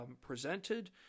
presented